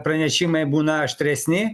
pranešimai būna aštresni